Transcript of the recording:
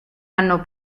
anno